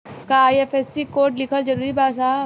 का IFSC code लिखल जरूरी बा साहब?